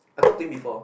I talk to him before